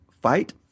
fight